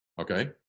Okay